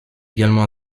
également